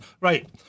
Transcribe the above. Right